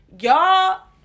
Y'all